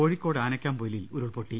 കോഴിക്കോട് ആനക്കാഹ്പൊയിലിൽ ഉരുൾപൊട്ടി